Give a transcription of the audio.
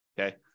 okay